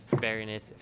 Baroness